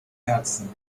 herzen